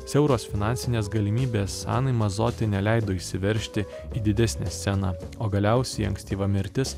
siauros finansinės galimybės anai mazoti neleido išsiveržti į didesnę sceną o galiausiai ankstyva mirtis